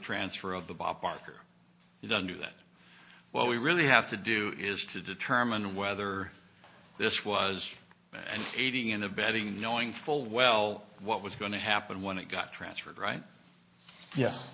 transfer of the bob barker doesn't do that well we really have to do is to determine whether this was aiding and abetting knowing full well what was going to happen when it got transferred right ye